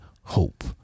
hope